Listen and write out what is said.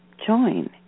Join